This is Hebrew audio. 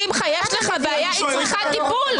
יש לך בעיה שדורשת טיפול.